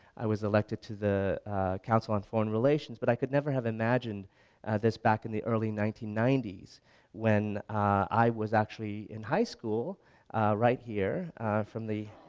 i was elected to the council on foreign relations but i could never have imagined this back in the early nineteen ninety s when i was actually in high school right here from the,